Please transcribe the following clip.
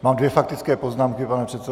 Mám dvě faktické poznámky, pane předsedo.